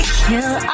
kill